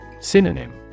Synonym